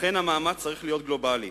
אכן המאמץ צריך להיות גלובלי,